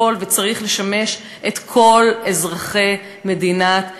כסף שיכול וצריך לשמש את כל אזרחי מדינת ישראל,